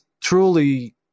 truly